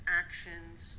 actions